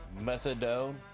Methadone